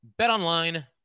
Betonline